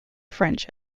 french